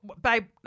Babe